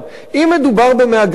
אם מדובר במהגרי עבודה,